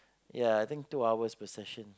ya I think to hours per session